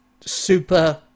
Super